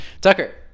Tucker